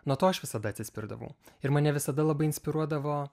nuo to aš visada atsispirdavau ir mane visada labai inspiruodavo